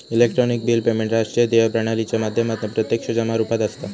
electronic bill payment राष्ट्रीय देय प्रणालीच्या माध्यमातना प्रत्यक्ष जमा रुपात असता